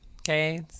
Okay